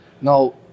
Now